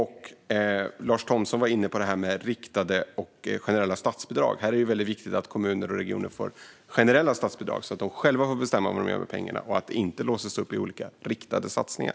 Lars Thomsson var inne på riktade och generella statsbidrag. Det är mycket viktigt att kommuner och regioner får generella statsbidrag så att de själva får bestämma vad de gör med pengarna och att pengarna inte delas upp i olika riktade satsningar.